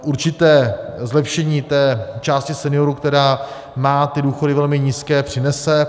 Určité zlepšení té části seniorů, která má ty důchody velmi nízké, přinese.